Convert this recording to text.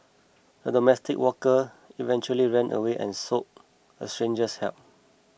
the domestic worker eventually ran away and sought a stranger's help